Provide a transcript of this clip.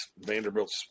Vanderbilt's